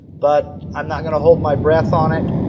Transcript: but i'm not going to hold my breath on it.